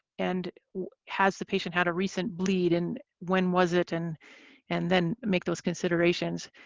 and has the patient had a recent bleed and when was it? and and then make those considerations.